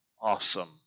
awesome